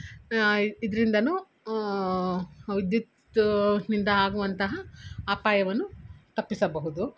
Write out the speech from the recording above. ಇದ್ರಿಂದಲೂ ವಿದ್ಯುತ್ತಿನಿಂದಾಗುವಂತಹ ಅಪಾಯವನ್ನು ತಪ್ಪಿಸಬಹುದು